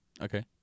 Okay